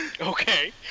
Okay